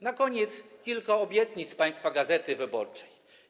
Na koniec kilka obietnic z państwa gazety wyborczej.